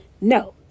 No